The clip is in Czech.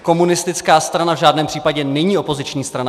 Komunistická strana v žádném případě není opoziční strana.